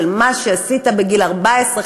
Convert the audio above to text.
שמה שעשית בגיל 14,